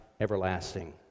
everlasting